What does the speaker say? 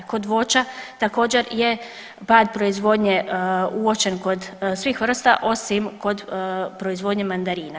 Kod voća također je pad proizvodnje uočen kod svih vrsta osim kod proizvodnje mandarina.